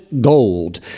gold